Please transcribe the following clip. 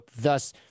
thus